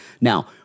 Now